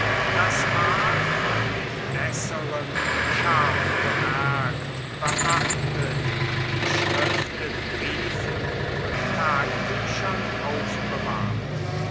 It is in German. das ward von den besseren scharf bemerkt beachtet in schriften briefen und tagebüchern aufbewahrt